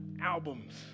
albums